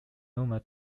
rumored